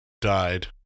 died